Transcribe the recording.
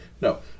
No